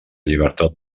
llibertat